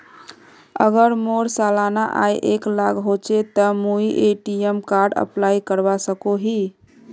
अगर मोर सालाना आय एक लाख होचे ते मुई ए.टी.एम कार्ड अप्लाई करवा सकोहो ही?